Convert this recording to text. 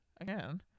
again